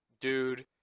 Dude